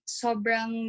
sobrang